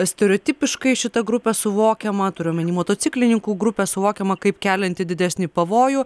stereotipiškai šita grupė suvokiama turiu omeny motociklininkų grupė suvokiama kaip kelianti didesnį pavojų